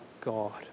God